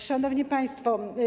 Szanowni Państwo!